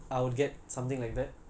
mm that's nice